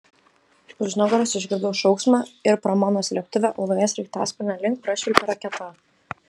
už nugaros išgirdau šauksmą ir pro mano slėptuvę uoloje sraigtasparnio link prašvilpė raketa